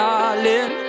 Darling